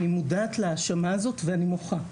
אני מודעת להאשמה הזאת ואני מוחה.